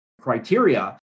criteria